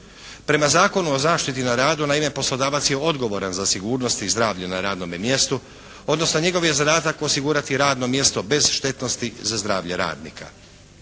Prema Zakonu o zaštiti na radu naime poslodavac je odgovoran za sigurnost i zdravlje na radnome mjestu, odnosno njegov je zadatak osigurati radno mjesto bez štetnosti za zdravlje radnika.